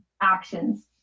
actions